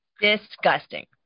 Disgusting